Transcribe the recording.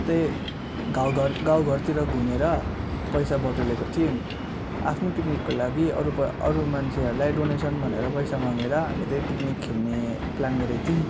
त्यही गाउँघर गाउँघरतिर घुमेर पैसा बटुलेको थियौँ आफ्नो पिकनिकको लागि अरू प अरू मान्छेहरूलाई डोनेसन भनेर पैसा मागेर हामी चाहिँ पिकनिक खेल्ने प्लान गरेको थियौँ